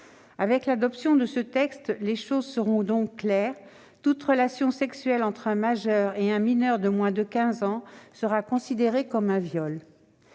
Avec l'adoption de ce texte, les choses seront donc claires : toute relation sexuelle entre un majeur et un mineur de 15 ans sera considérée comme un viol.